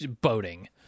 boating